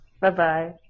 Bye-bye